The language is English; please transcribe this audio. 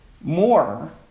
more